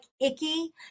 icky